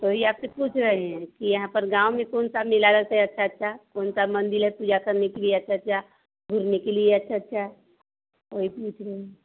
वही आपसे पूछ रहे हैं कि यहाँ पर गाँव में कौन सा मेला रहता है अच्छा अच्छा कौन सा मंदिर है पूजा करने के लिए अच्छा अच्छा घूमने के लिए अच्छा अच्छा वही पूछ रहे हैं